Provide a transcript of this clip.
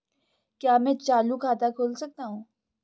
क्या मैं चालू खाता खोल सकता हूँ?